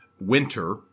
Winter